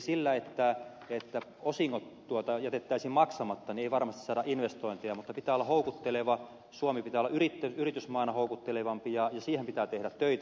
sillä että osingot jätettäisiin maksamatta ei varmasti saada investointeja mutta pitää olla houkutteleva suomen pitää olla yritysmaana houkuttelevampi ja siihen pitää tehdä töitä